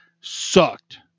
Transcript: sucked